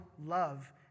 love